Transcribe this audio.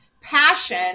passion